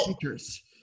teachers